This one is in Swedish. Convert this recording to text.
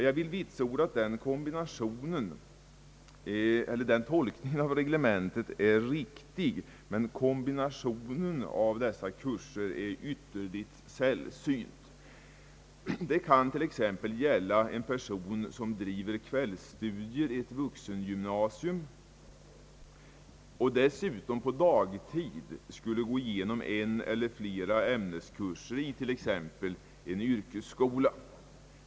Jag vill vitsorda att den tolkningen av reglementet är riktig. Emellertid är kombination av dessa kurser ytterligt sällsynt. Man kan naturligtvis tänka sig att en person bedriver kvällsstudier vid ett vuxengymnasium och dessutom på dagtid går igenom en eller flera ämneskurser i t.ex. en yrkesskola.